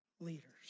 Leaders